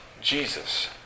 Jesus